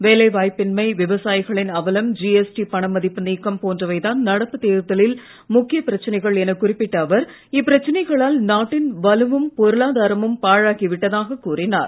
வேலைவாய்ப்பின்மை விவசாயிகளின் அவலம் ஜிஎஸ்டி பணமதிப்பு நீக்கம் போன்றவைதான் நடப்பு தேர்தலில் முக்கியப் பிரச்சனைகள் எனக் குறிப்பிட்ட அவர் இப்பிரச்சனைகளால் நாட்டின் வலுவும் பொருளாதாரமும் பாழாகி விட்டதாகக் கூறினார்